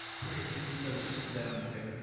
great, and so, just so that i'm clear,